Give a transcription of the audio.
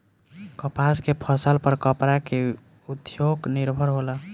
कपास के फसल पर कपड़ा के उद्योग निर्भर होला